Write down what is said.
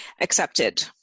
accepted